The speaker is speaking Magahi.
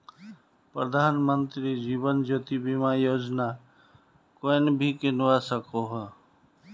प्रधानमंत्री जीवन ज्योति बीमा योजना कोएन भी किन्वा सकोह